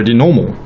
and normal,